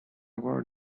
were